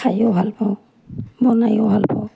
খায়ো ভালপাওঁ বনায়ো ভালপাওঁ